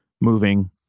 moving